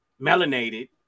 melanated